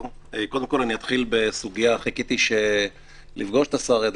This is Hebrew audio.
חיכיתי לפגוש את השר,